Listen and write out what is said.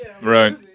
right